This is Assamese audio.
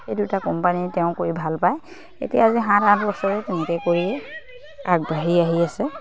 এই দুটা কোম্পানী তেওঁ কৰি ভাল পায় এতিয়া আজি সাত আঠ বছৰে তেনেকৈ কৰিয়ে আগবাঢ়ি আহি আছে